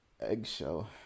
Eggshell